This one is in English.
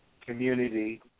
community